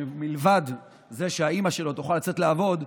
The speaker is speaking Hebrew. מלבד זה שאימא שלו תוכל לצאת לעבוד,